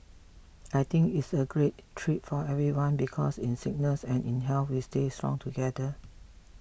I think it's a great treat for everyone because in sickness and in health we stay strong together